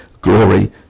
glory